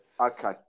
okay